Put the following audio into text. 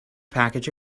package